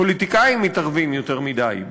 פוליטיקאים מתערבים יותר מדי.